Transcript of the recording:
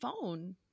phone